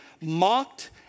mocked